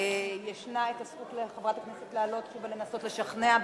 יש הזכות לחברת הכנסת לעלות שוב ולנסות לשכנע.